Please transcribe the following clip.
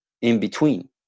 in-between